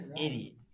Idiot